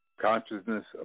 consciousness